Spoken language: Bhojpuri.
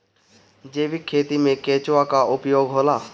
जैविक खेती मे केचुआ का उपयोग होला?